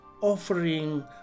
offering